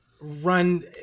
run